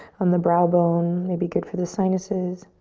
on the brow bone. may be good for the sinuses.